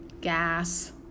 gas